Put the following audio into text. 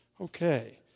Okay